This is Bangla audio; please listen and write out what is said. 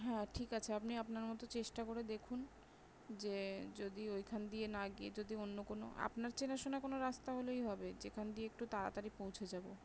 হ্যাঁ ঠিক আছে আপনি আপনার মতো চেষ্টা করে দেখুন যে যদি ওইখান দিয়ে না গিয়ে যদি অন্য কোনো আপনার চেনাশোনা কোনো রাস্তা হলেই হবে যেখান দিয়ে একটু তাড়াতাড়ি পৌঁছে যাবো